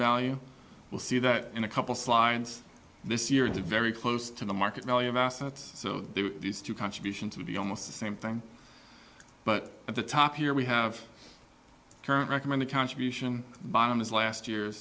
value we'll see that in a couple slides this year is very close to the market value of assets so these two contribution to be almost the same thing but at the top here we have current recommended contribution bottom is last year